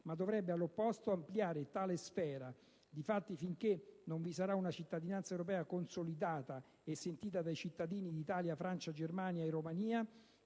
ma dovrebbe all'opposto ampliare tale sfera: difatti, finché non vi sarà una cittadinanza europea consolidata e sentita dai cittadini di Italia, Francia, Germania, Romania